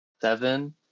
seven